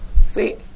Sweet